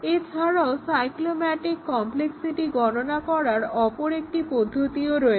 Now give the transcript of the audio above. এছাড়াও cyclomatic complexity গণনা করার অপর একটি পদ্ধতিও রয়েছে